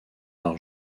par